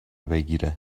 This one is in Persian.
بگیره